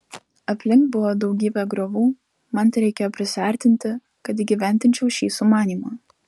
aplink buvo daugybė griovų man tereikėjo prisiartinti kad įgyvendinčiau šį sumanymą